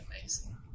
amazing